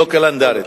לא קלנדרית.